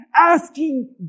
asking